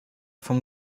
vom